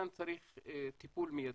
כאן צריך טיפול מיידי.